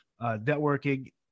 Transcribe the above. networking